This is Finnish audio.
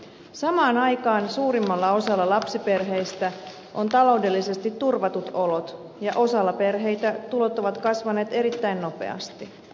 samaan aikaan suurimmalla osalla lapsiperheistä on taloudellisesti turvatut olot ja osalla perheitä tulot ovat kasvaneet erittäin nopeasti